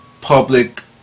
public